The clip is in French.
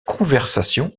conversation